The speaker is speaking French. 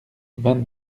vingt